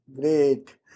Great